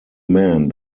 men